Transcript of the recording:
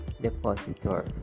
depositor